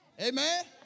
Amen